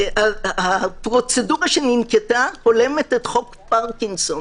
הפרוצדורה, שננקטה, הולמת את חוק פרקינסון,